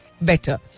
better